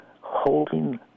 holding